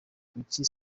kuki